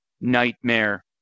nightmare